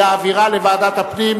להעבירה לוועדת הפנים?